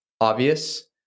obvious